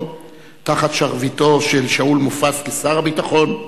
תחת שרביטו של שאול מופז כשר הביטחון,